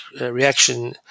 reaction